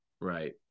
Right